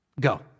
go